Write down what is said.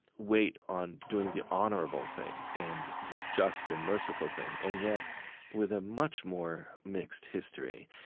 weight on doing the honorable thing and the just and merciful thing and yet with a much more mixed history.